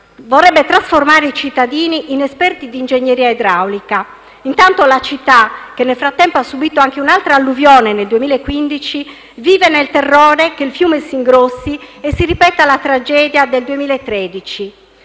dovrebbe trasformare i cittadini in esperti di ingegneria idraulica. Intanto la città, che nel frattempo ha subito anche l'alluvione del 2015, vive nel terrore che il fiume si ingrossi e si ripeta la tragedia del 2013.